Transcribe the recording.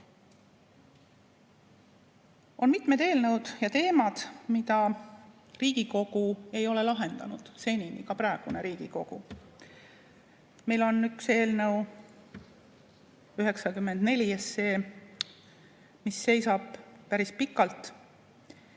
On mitmed eelnõud ja teemad, mida Riigikogu ei ole seni lahendanud, ka praegune Riigikogu. Meil on üks eelnõu, 94, mis seisab päris pikalt,